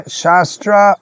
shastra